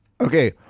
Okay